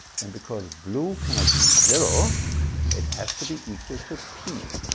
then because blue cannot be zero it has to be equal to p.